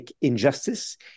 injustice